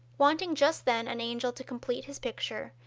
wanting just then an angel to complete his picture,